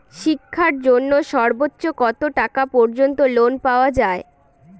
শিক্ষার জন্য সর্বোচ্চ কত টাকা পর্যন্ত লোন পাওয়া য়ায়?